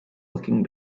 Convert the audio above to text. looking